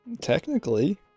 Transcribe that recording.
Technically